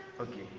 Okay